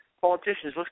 Politicians